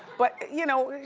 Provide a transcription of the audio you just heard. but you know.